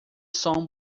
som